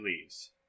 leaves